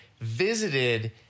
visited